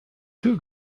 two